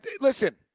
listen